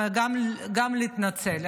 וגם להתנצל.